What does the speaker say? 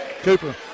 Cooper